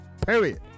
period